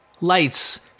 lights